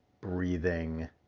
breathing